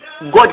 God